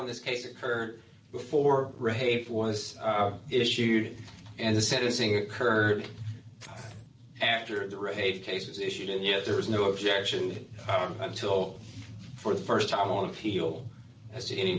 in this case occurred before rape was issued and the sentencing occurred after the rape cases issued and yet there was no objection own until for the st time on appeal as